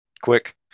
Quick